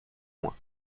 loin